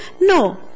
No